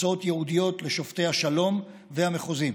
הרצאות ייעודיות לשופטי השלום והמחוזי.